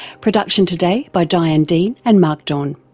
production today by diane dean and mark don.